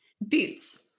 Boots